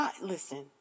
Listen